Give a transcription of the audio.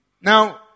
Now